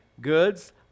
goods